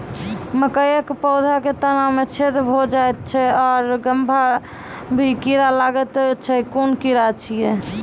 मकयक पौधा के तना मे छेद भो जायत छै आर गभ्भा मे भी कीड़ा लागतै छै कून कीड़ा छियै?